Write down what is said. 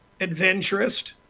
adventurist